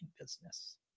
business